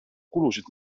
kulusid